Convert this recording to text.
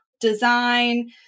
design